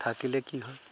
থাকিলে কি হয়